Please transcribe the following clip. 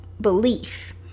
belief